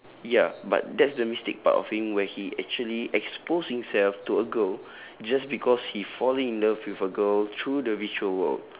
ya but that's the mistake part of him where he actually expose himself to a girl just because he falling in love with a girl through the virtual world